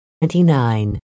Twenty-nine